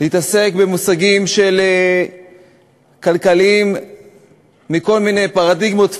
להתעסק במושגים כלכליים מכל מיני פרדיגמות,